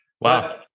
Wow